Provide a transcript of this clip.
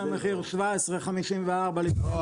הנה, המחיר הוא 17.54 לפני מע"מ.